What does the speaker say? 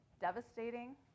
devastating